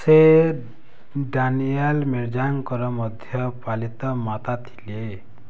ସେ ଡାନିୟାଲ୍ ମିର୍ଜାଙ୍କର ମଧ୍ୟ ପାଳିତ ମାତା ଥିଲେ